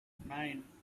nine